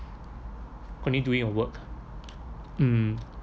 continue doing your work mm